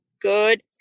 Good